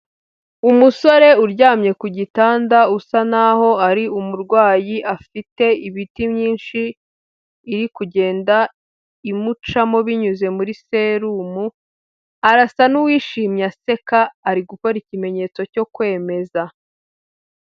Umusore uryamye ku gitanda usa naho ari umurwayi afite imiti myinshi iri kugenda imucamo binyuze muri serumu, arasa n'uwishimye aseka ari gukora ikimenyetso cyo kwemeza.